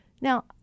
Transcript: Now